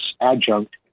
adjunct